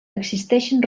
existeixen